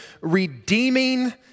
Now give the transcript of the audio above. redeeming